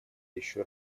еще